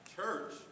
church